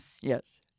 Yes